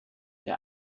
der